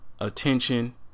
attention